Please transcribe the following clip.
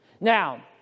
Now